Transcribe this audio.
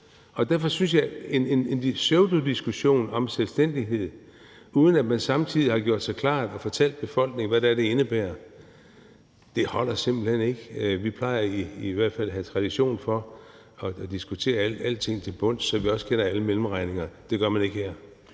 og derfor synes jeg, at en pseudodiskussion om selvstændighed, uden at man samtidig har gjort sig klar og fortalt befolkningen, hvad det er, det indebærer, simpelt hen ikke holder. Vi plejer i hvert fald at have tradition for at diskutere alting til bunds, så vi også kender alle mellemregningerne, men det gør man ikke her.